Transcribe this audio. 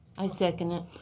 i second it.